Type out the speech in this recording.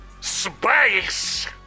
space